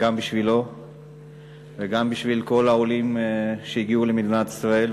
גם בשבילו וגם בשביל כל העולים שהגיעו למדינת ישראל,